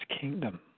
kingdom